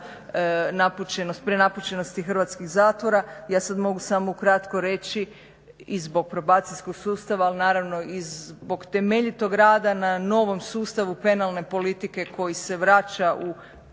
prenapučenosti hrvatskih zatvora. Ja sada mogu samo ukratko reći i zbog probacijskog sustava ali naravno i zbog temeljitog rada na novom sustavu penalne politike koji se vraća u,